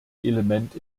element